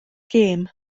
gem